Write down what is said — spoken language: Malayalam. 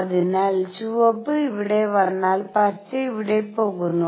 അതിനാൽ ചുവപ്പ് ഇവിടെ വന്നാൽ പച്ച ഇവിടെ പോകുന്നു